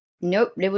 Nope